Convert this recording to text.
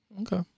Okay